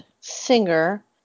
singer